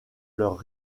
leurs